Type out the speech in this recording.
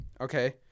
Okay